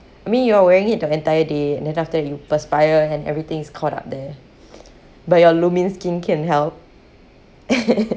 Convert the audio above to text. I mean you're wearing it the entire day and then after that you perspire and everything's caught up there but your lumin skin can help